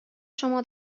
شما